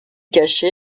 caché